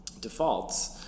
defaults